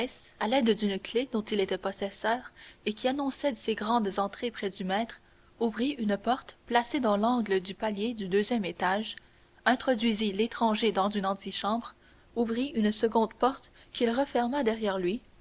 à l'aide d'une clef dont il était possesseur et qui annonçait ses grandes entrées près du maître ouvrit une porte placée dans l'angle du palier du deuxième étage introduisit l'étranger dans une antichambre ouvrit une seconde porte qu'il referma derrière lui